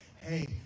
hey